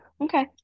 okay